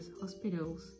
hospitals